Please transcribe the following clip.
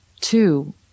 Two